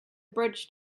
bridge